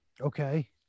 Okay